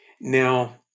Now